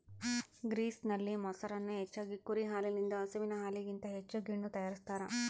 ಗ್ರೀಸ್ನಲ್ಲಿ, ಮೊಸರನ್ನು ಹೆಚ್ಚಾಗಿ ಕುರಿ ಹಾಲಿನಿಂದ ಹಸುವಿನ ಹಾಲಿಗಿಂತ ಹೆಚ್ಚು ಗಿಣ್ಣು ತಯಾರಿಸ್ತಾರ